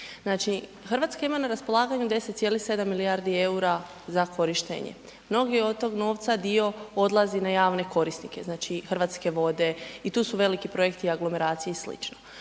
Znači, RH ima na raspolaganju 10,7 milijardi EUR-a za korištenje, mnogi od tog novca dio odlazi na javne korisnike, znači Hrvatske vode i tu su veliki projekti aglomeracije i sl.